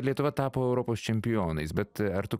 lietuva tapo europos čempionais bet ar tu